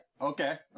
Okay